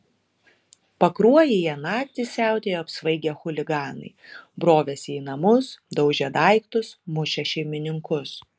pakruojyje naktį siautėjo apsvaigę chuliganai brovėsi į namus daužė daiktus mušė šeimininkus